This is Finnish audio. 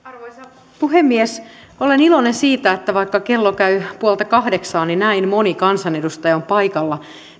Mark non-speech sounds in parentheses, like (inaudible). (unintelligible) arvoisa puhemies olen iloinen siitä että vaikka kello käy puolta kahdeksaa näin moni kansanedustaja on paikalla